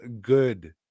good